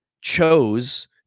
chose